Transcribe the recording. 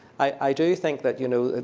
i do think that, you know,